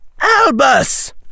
Albus